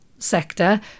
sector